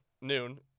noon